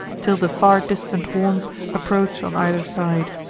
till the far distant horns approach'd on either side.